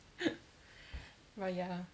but ya